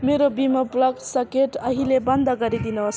मेरो विमो plug socket अहिल्यै बन्द गरिदिनुहोस्